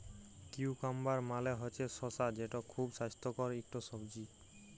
cucumber মালে হছে শসা যেট খুব স্বাস্থ্যকর ইকট সবজি